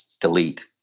delete